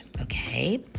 okay